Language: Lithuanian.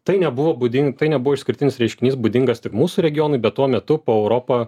tai nebuvo būdin tai nebuvo išskirtinis reiškinys būdingas tik mūsų regionui bet tuo metu po europą